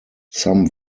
some